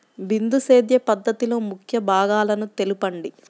బిందు సేద్య పద్ధతిలో ముఖ్య భాగాలను తెలుపండి?